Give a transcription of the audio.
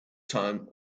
time